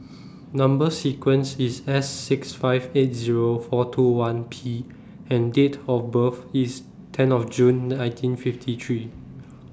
Number sequence IS S six five eight Zero four two one P and Date of birth IS ten of June nineteen fifty three